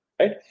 Right